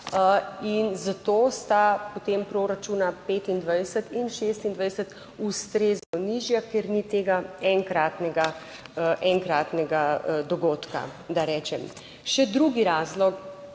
In zato sta potem proračuna 2025 in 2026 ustrezno nižja, ker ni tega enkratnega, enkratnega dogodka, da rečem. Še drugi razlog